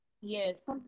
Yes